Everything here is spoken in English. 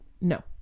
No